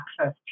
access